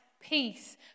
peace